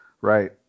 right